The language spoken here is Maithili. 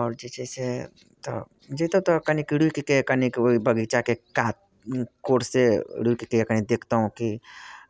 आओर जे छै से तऽ जयतहुँ तऽ कनिक रूकि कऽ कनिक ओहि बगीचाके कात कोरसँ रूकि कऽ कनी देखितहुँ कि